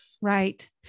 Right